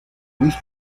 ruiz